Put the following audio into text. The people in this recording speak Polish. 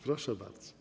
Proszę bardzo.